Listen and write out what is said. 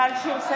(קוראת בשם חברת הכנסת)